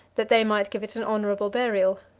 that they might give it an honorable burial.